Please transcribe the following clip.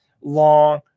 long